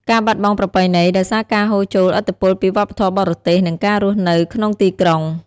ការបាត់បង់ប្រពៃណី ដោយសារការហូរចូលឥទ្ធិពលពីវប្បធម៌បរទេស និងការរស់នៅក្នុងទីក្រុង។